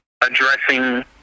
addressing